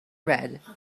red